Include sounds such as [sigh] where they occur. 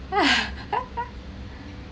[laughs]